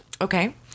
Okay